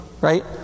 Right